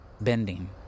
bending